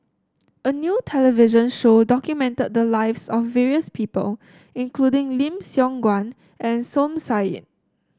a new television show documented the lives of various people including Lim Siong Guan and Som Said